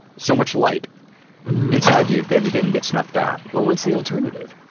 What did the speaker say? so much light inside you that it didn't get snuffed out. well, what's the alternative?